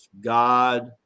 God